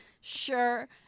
sure